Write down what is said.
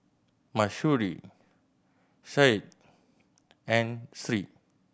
Mahsuri Syed and Sri